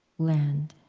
land